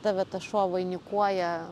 tave tas šuo vainikuoja